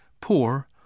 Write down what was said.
poor